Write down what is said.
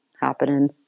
happening